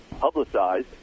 publicized